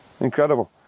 Incredible